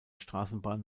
straßenbahn